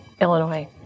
Illinois